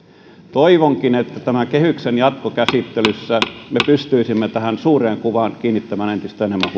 toivonkin että tämän kehyksen jatkokäsittelyssä me pystyisimme tähän suureen kuvaan kiinnittämään entistä enemmän